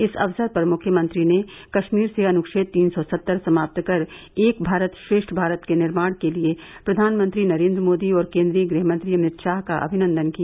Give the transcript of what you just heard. इस अवसर पर मुख्यमंत्री ने कश्मीर से अनुच्छेद तीन सौ सत्तर समाप्त कर एक भारत श्रेष्ठ भारत के निर्माण के लिये प्रधानमंत्री नरेन्द्र मोदी और केन्द्रीय गृहमंत्री अमित शाह का अभिनन्दन किया